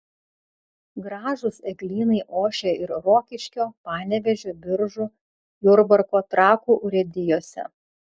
gražūs eglynai ošia ir rokiškio panevėžio biržų jurbarko trakų urėdijose